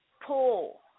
pull